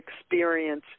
experience